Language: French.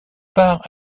part